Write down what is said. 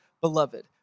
beloved